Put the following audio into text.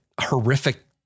horrific